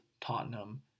Tottenham